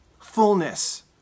Fullness